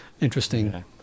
interesting